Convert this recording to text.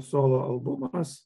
solo albumas